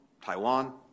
Taiwan